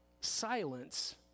silence